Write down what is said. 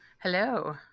Hello